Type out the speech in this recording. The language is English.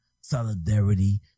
solidarity